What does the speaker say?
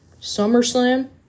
SummerSlam